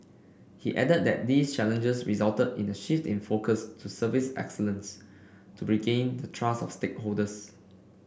he added that these challenges resulted in a shift in focus to service excellence to regain the trust of stakeholders